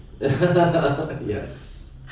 Yes